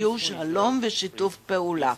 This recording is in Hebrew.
היו "שלום" ו"שיתוף פעולה"